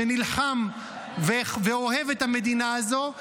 שנילחם ואוהב את המדינה הזו.